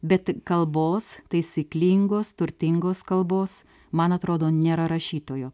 bet kalbos taisyklingos turtingos kalbos man atrodo nėra rašytojo